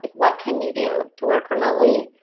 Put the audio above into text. what can you do to work remotely?